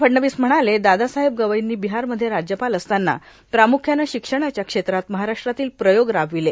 फडणवीस म्हणाले दादासाहेब गवईनी बिहारमध्ये राज्यपाल असताना प्राम्ख्याने शिक्षणाच्या क्षेत्रात महाराष्ट्रातील प्रयोग राबविले